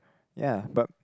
ya but